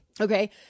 Okay